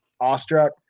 awestruck